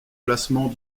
classement